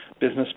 business